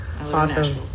Awesome